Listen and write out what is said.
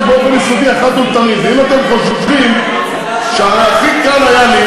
ועדה ציבורית קבעה את זה.